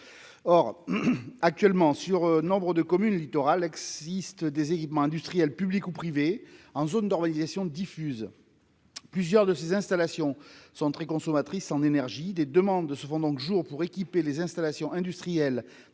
or actuellement sur nombre de communes littorales existe des équipements industriels publics ou privés en zone d'organisation diffuse plusieurs de ses installations sont très consommatrices en énergie des demandes de se font donc jour pour équiper les installations industrielles